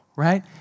right